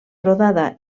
rodada